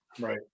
right